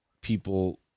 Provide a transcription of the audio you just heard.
people